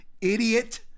idiot